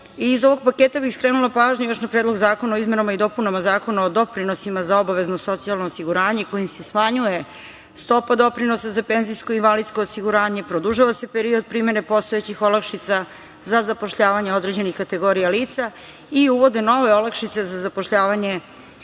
ovog paketa bih skrenula pažnju još na Predlog zakona o izmenama i dopunama Zakona o doprinosima za obavezno socijalno osiguranje, kojim se smanjuje stopa doprinosa za penzijsko i invalidsko osiguranje, produžava se period primene postojećih olakšica za zapošljavanje određenih kategorija lica i uvode nove olakšice za zapošljavanje